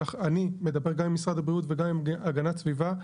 אני מדבר גם עם משרד הבריאות וגם עם המשרד להגנת הסביבה.